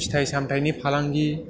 फिथाइ सामथाइनि फालांगि